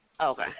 Okay